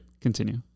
Continue